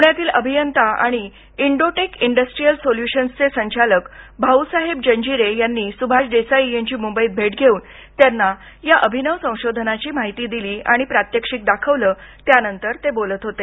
पुण्यातील अभियंता आणि इंडोटेक इंडस्ट्रियल सोल्युशन्सचे संचालक भाऊसाहेब जंजिरे यांनी सुभाष देसाई यांची मुंबईत भेट घेऊन त्यांना या अभिनव संशोधनाची माहिती दिली आणि प्रात्यक्षिक दाखवलं त्यानंतर ते बोलत होते